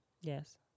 Yes